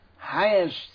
highest